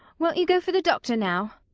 won't you go for the doctor now?